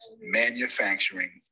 manufacturing